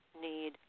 need